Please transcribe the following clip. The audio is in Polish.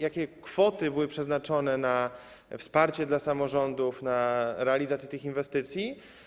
Jakie kwoty były przeznaczone na wsparcie dla samorządów na realizację tych inwestycji?